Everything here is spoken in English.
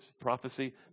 prophecy